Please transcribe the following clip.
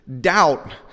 doubt